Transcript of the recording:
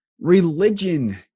religion